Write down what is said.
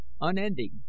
unending